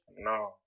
no